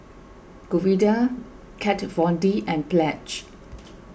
Godiva Kat Von D and Pledge